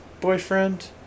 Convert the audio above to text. boyfriend